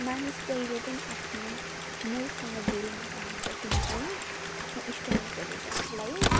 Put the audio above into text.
मानिस जहिले पनि आफ्नो मूलसँग जोडिन चाहन्छ किनकि आफ्नो इष्ट मित्रले चाहिँ आफूलाई